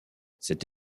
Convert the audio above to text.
cette